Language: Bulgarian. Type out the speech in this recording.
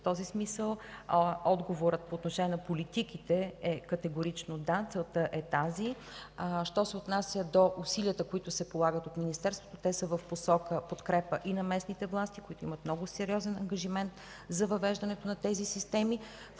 В този смисъл отговорът по отношение на политиките е категорично „да”. Целта е тази. Що се отнася до усилията, които се полагат от Министерството, те са в посока подкрепа и на местните власти, които имат много сериозен ангажимент за въвеждането на тези системи,